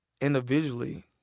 individually